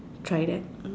try that